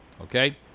Okay